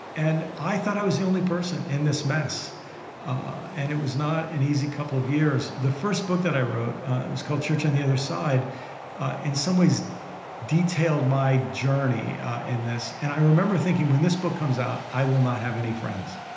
and i thought i was the only person in this mess and it was not an easy couple of years the first book that i wrote was called church on the other side and in some ways detailed my journey in this. and i remember thinking, when this book comes out, i will not have any friends.